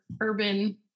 urban